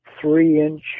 three-inch